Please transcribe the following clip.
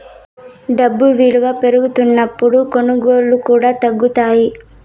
డబ్బు ఇలువ పెరుగుతున్నప్పుడు కొనుగోళ్ళు కూడా తగ్గుతాయి